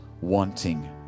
wanting